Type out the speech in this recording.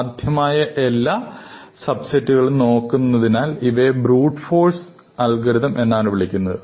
സാധ്യമായ എല്ലാ സബ്സറ്റുകളും നോക്കുന്നതിനാൽ ഇവയെ ബ്രൂട്ട് ഫോഴ്സ് അൽഗോരിതം എന്ന് വിളിക്കുന്നു